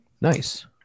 nice